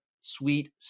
Sweet